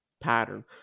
pattern